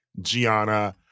Gianna